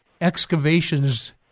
excavations